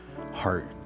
heart